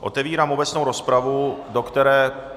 Otevírám obecnou rozpravu, do které...